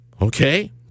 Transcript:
Okay